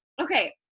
Okay